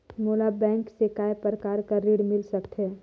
मोला बैंक से काय प्रकार कर ऋण मिल सकथे?